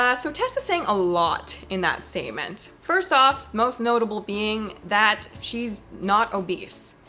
ah so tess is saying a lot in that statement. first off, most notable being that she's not obese.